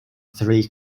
three